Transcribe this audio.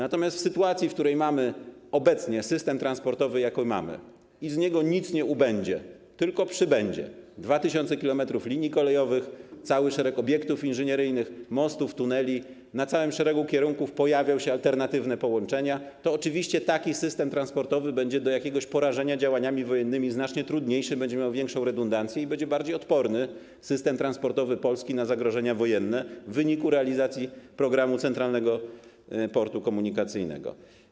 Natomiast w sytuacji, w której mamy obecnie system transportowy, jaki mamy, i z niego nic nie ubędzie, tylko przybędzie 2000 km linii kolejowych, cały szereg obiektów inżynieryjnych, mostów, tuneli, na całym szeregu kierunków pojawią się alternatywne połączenia, to oczywiście taki system transportowy będzie do jakiegoś porażenia działaniami wojennymi znacznie trudniejszy, będzie miał większą redundancję i system transportowy Polski będzie bardziej odporny na zagrożenia wojenne w wyniku realizacji programu Centralnego Portu Komunikacyjnego.